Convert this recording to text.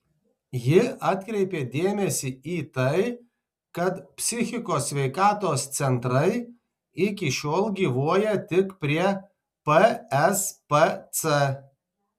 ji atkreipė dėmesį į tai kad psichikos sveikatos centrai iki šiol gyvuoja tik prie pspc